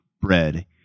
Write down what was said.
bread